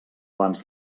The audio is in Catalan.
abans